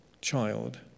child